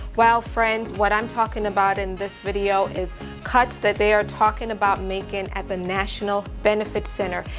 well, friends, what i'm talking about in this video is cuts that they are talking about making at the national benefit center,